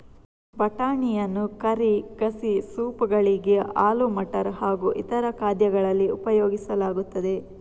ಬಟಾಣಿಯನ್ನು ಕರಿ, ಗಸಿ, ಸೂಪ್ ಗಳಿಗೆ, ಆಲೂ ಮಟರ್ ಹಾಗೂ ಇತರ ಖಾದ್ಯಗಳಲ್ಲಿ ಉಪಯೋಗಿಸಲಾಗುತ್ತದೆ